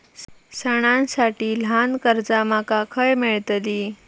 सणांसाठी ल्हान कर्जा माका खय मेळतली?